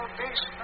base